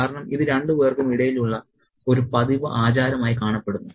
കാരണം ഇത് രണ്ടുപേർക്കും ഇടയിലുള്ള ഒരു പതിവ് ആചാരമായി കാണപ്പെടുന്നു